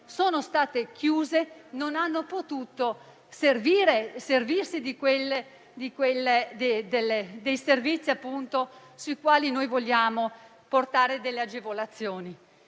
sono state chiuse e non hanno potuto usufruire dei servizi sui quali noi vogliamo portare delle agevolazioni.